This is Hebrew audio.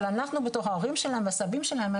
אבל אנחנו בתור ההורים שלהם והסבים שלהם,